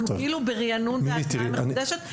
אנחנו כאילו בריענון ועבודה מחודשת,